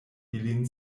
ilin